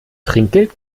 trinkgeld